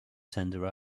tender